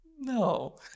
no